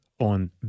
on